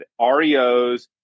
REOs